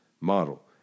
model